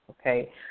okay